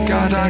God